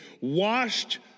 washed